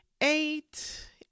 eight